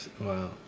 Wow